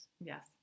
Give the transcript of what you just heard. Yes